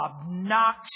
obnoxious